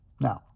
Now